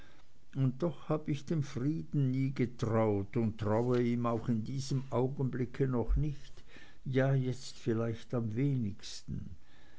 und doch habe ich dem frieden nie getraut und traue ihm auch in diesem augenblick noch nicht ja jetzt vielleicht am wenigsten